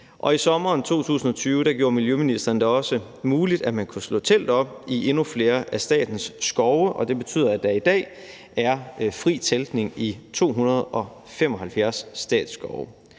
I sommeren 2020 gjorde miljøministeren det også muligt, at man kunne slå telt op i endnu flere af statens skove, og det betyder, at der i dag er fri teltning i 275 statsskove.